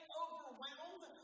overwhelmed